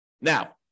Now